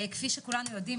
כפי שכולנו יודעים,